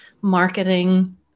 marketing